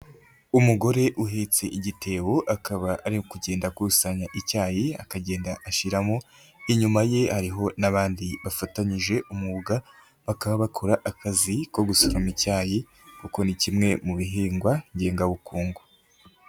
Umugore uhitse igitebo akaba ari ukugenda akusanya icyayi, akagenda ashyiramo. Inyuma yeho hari n'abandi bafatanyije umwuga bakaba bakora akazi ko gusorama icyayi kuko ni kimwe mu bihingwa ngengabukungu.